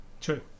true